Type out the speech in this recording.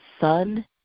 Son